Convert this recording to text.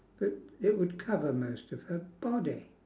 it it would cover most of her body